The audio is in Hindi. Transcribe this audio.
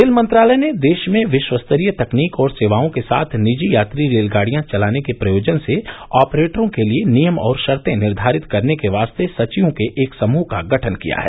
रेल मंत्रालय ने देश में विश्वस्तरीय तकनीक और सेवाओं के साथ निजी यात्री रेलगाडियां चलाने के प्रयोजन से ऑपरेटरों के लिए नियम और शर्ते निर्घारित करने के वास्ते सचिवों के एक समूह का गठन किया है